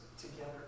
together